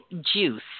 juice